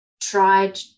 tried